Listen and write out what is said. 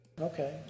Okay